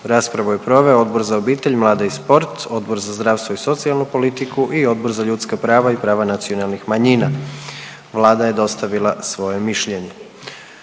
Raspravu je proveo Odbor za obitelj, mlade i sport, Odbor za zdravstvo i socijalnu politiku i Odbor za ljudska prava i prava nacionalnih manjina. Vlada je dostavila svoje mišljenje.